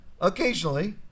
occasionally